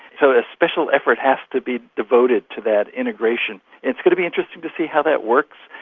so a special effort has to be devoted to that integration. it's going to be interesting to see how that works,